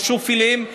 על שופלים,